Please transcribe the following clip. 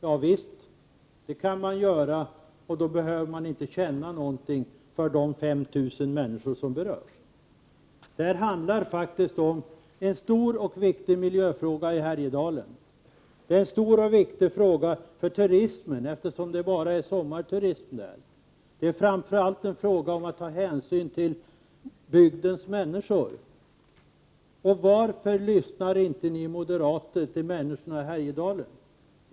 Ja visst, det kan man göra, och då behöver man inte känna någonting för de 5 000 människor som berörs. Det gäller här faktiskt en stor och för Härjedalen viktig miljöfråga. Det är en stor viktig och fråga för turismen, eftersom det här bara förekommer sommarturism. Det är framför allt en fråga om att ta hänsyn till bygdens människor. Varför lyssnar inte ni moderater till människorna i Härjedalen?